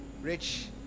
rich